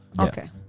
Okay